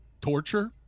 torture